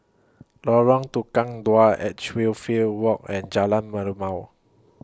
Lorong Tukang Dua Edge Real Field Walk and Jalan Merlimau